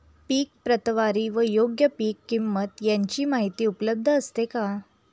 पीक प्रतवारी व योग्य पीक किंमत यांची माहिती उपलब्ध असते का?